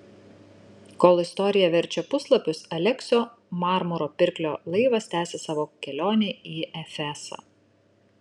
kol istorija verčia puslapius aleksio marmuro pirklio laivas tęsia savo kelionę į efesą